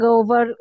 over